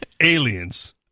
aliens